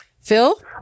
Phil